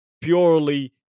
purely